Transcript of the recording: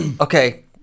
okay